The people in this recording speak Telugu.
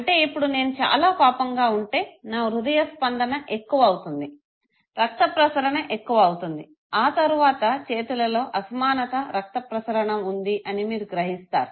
అంటే ఇప్పుడు నేను చాలా కోపంగా ఉంటే నా హృదయ స్పందన ఎక్కువ అవుతుంది రక్త ప్రసరణ ఎక్కువ అవుతుంది ఆ తరువాత చేతులలో అసమానత రక్త ప్రసరణ ఉంది అని మీరు గ్రహిస్తారు